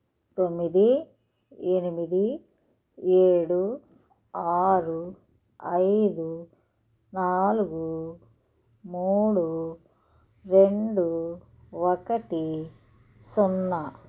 తొమ్మిది ఎనిమిది ఏడు ఆరు ఐదు నాలుగు మూడు రెండు ఒకటి సున్నా